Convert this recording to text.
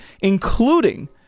including